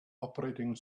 operating